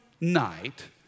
night